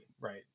right